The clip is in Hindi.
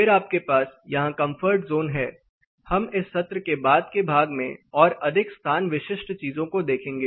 फिर आपके पास यहां कंफर्ट जोन है हम सत्र के बाद के भाग में और अधिक स्थान विशिष्ट चीजों को देखेंगे